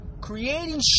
creating